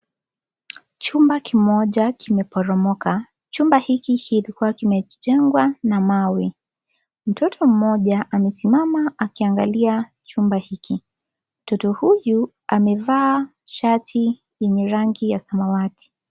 Chumba kimoja kimeporomoka. Chumba hiki kilikuwa kimejengwa na mawe. Mtoto mmoja amesimama akiangalia chumba hiki. Mtoto huyu amevaa shati yenye rangi ya samawati.